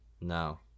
No